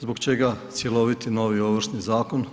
Zbog čega cjeloviti novi ovršni zakon?